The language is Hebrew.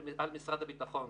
על משרד הביטחון,